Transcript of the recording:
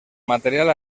material